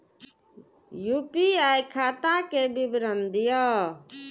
UPI खाता के विवरण दिअ?